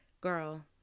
Girl